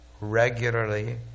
regularly